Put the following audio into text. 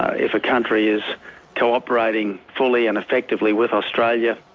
ah if a country is cooperating fully and effectively with australia,